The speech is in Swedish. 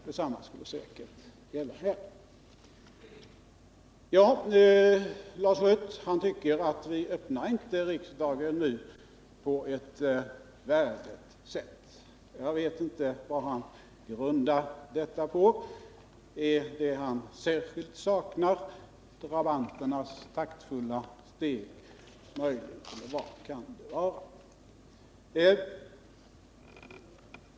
Detsamma skulle gälla här. Lars Schött tycker att vi nu inte öppnar riksdagen på ett värdigt sätt. Jag vet inte vad han grundar detta på. Det han särskilt saknar kan möjligen vara drabanternas taktfasta steg.